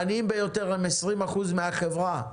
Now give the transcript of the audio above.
העניים ביותר הם 20% מהחברה,